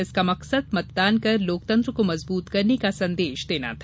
इसका मकसद मतदान कर लोकतंत्र को मजबूत करने का संदेश देना था